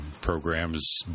programs